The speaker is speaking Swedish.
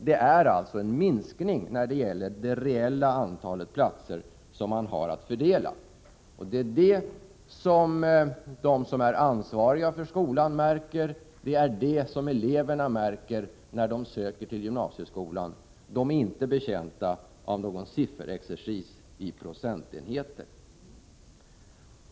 Det har alltså blivit en minskning när det gäller det reella antalet platser som man har att fördela. De som är ansvariga för skolan märker detta, liksom eleverna när de söker till gymnasieskolan. Man är inte betjänt av någon sifferexercis i procentenheter.